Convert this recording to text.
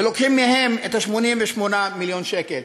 ולוקחים מהם 88 מיליון שקל.